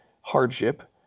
hardship